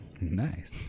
nice